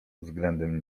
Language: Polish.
względem